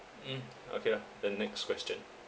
mm okay ah the next question